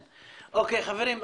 חברים,